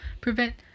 prevent